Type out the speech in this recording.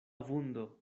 vundo